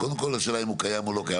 קודם כל, השאלה אם הוא קיים או לא קיים.